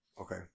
Okay